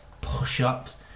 push-ups